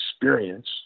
experience